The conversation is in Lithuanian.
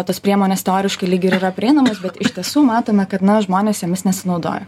tos priemonės teoriškai lyg ir yra prieinamos bet iš tiesų matome kad na žmonės jomis nesinaudoja